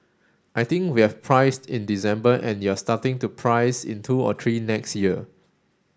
I think we have priced in December and you're starting to price in two or three next year